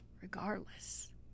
regardless